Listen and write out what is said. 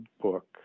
book